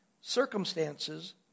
circumstances